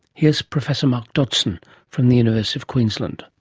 here's professor mark dodgson from the university of queensland.